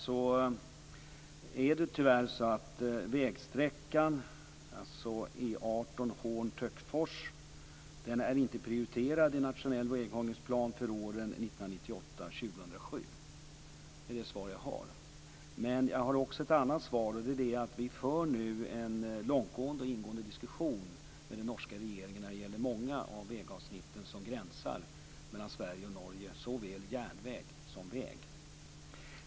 Det är tyvärr så att vägsträckan E 18 Hån-Töcksfors inte är prioriterad i en nationell väghållningsplan åren 1998 2007. Det är detta svar jag har att ge. Men jag har också ett annat svar. Det är att vi för en långtgående och ingående diskussion med den norska regeringen om många av de vägavsnitt som gränsar mellan Sverige och Norge, såväl järnväg och väg.